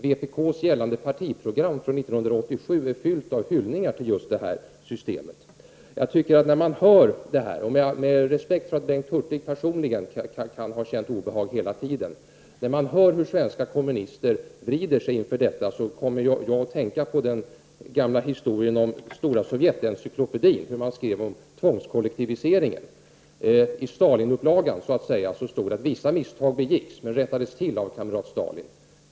Vpk:s gällande partiprogram från 1987 är fyllt av hyllningar till det kommunistiska systemet. Med all respekt för att Bengt Hurtig hela tiden kan ha känt obehag i den här frågan måste jag säga att man, när man hör hur svenska kommunister vrider sig inför denna problematik, kommer att tänka på den gamla historien om den stora Sovjetencyklopedin, där man skrev om tvångskollektiviseringen. I upplagan från Stalins tid står det att vissa misstag begicks, men rättades till av kamrat Stalin.